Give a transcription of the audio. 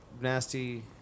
Nasty